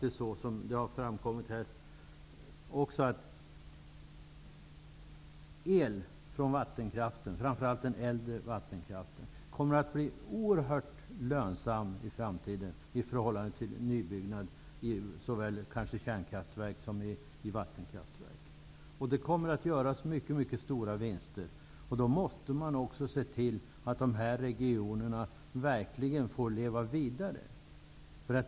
Som här har framkommit kommer el från framför allt den äldre vattenkraften i framtiden att bli oerhört lönsam i förhållande till nyutbyggd elkraft, kanske såväl från kärnkraftverk som från vattenkraftverk. Det kommer att göras mycket stora vinster. Då måste man också se till att berörda regioner verkligen får leva vidare.